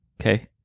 Okay